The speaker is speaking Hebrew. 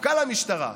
מפכ"ל המשטרה,